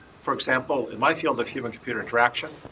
for example, in my field of human-computer interaction,